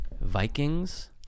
Vikings